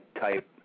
type